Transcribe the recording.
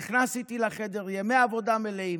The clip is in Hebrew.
נכנס איתי לחדר לימי עבודה מלאים,